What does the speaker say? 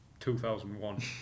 2001